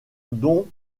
dont